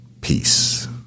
Peace